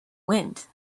wind